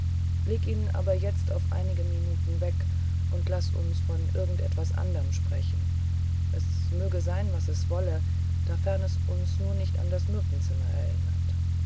leg ihn aber jetzt auf einige minuten weg und laß uns von irgendetwas anderm sprechen es möge sein was es wolle dafern es uns nur nicht an das myrtenzimmer erinnert